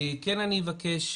כן אני אבקש,